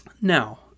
Now